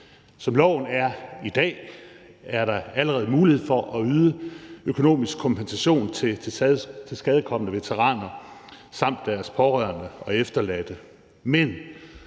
Som loven er i dag, er der allerede mulighed for at yde økonomisk kompensation til tilskadekomne veteraner samt deres pårørende og efterladte, men